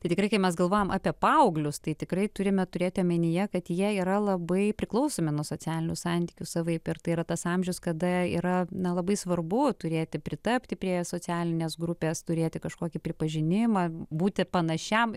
tai tikrai kai mes galvojam apie paauglius tai tikrai turime turėti omenyje kad jie yra labai priklausomi nuo socialinių santykių savaip ir tai yra tas amžius kada yra na labai svarbu turėti pritapti prie socialinės grupes turėti kažkokį pripažinimą būti panašiam